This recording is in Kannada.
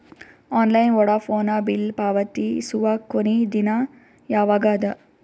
ಆನ್ಲೈನ್ ವೋಢಾಫೋನ ಬಿಲ್ ಪಾವತಿಸುವ ಕೊನಿ ದಿನ ಯವಾಗ ಅದ?